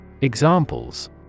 Examples